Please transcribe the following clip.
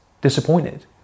disappointed